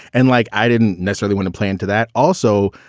and like i didn't necessarily want to play into that. also,